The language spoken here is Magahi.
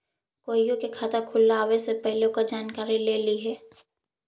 कोईओ खाता खुलवावे से पहिले ओकर जानकारी ले लिहें